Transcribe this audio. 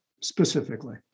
specifically